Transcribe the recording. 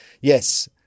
Yes